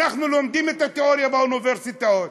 אנחנו לומדים את התיאוריה באוניברסיטאות,